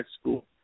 school